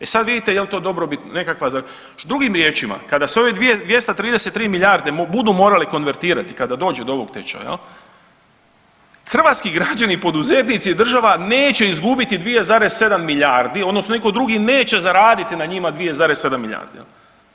E sad vidite je li to dobrobit nekakva za, drugim riječima kada se ove 233 milijarde budu morale konvertirati kada dođe do ovog tečaja hrvatski građani, poduzetnici i država neće izgubiti 2,7 milijardi odnosno neko drugi neće zaraditi na njima 2,7 milijardi jel.